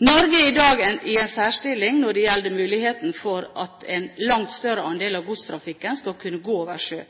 Norge er i dag i en særstilling når det gjelder mulighetene for at en langt større andel av godstrafikken skal kunne gå over sjø.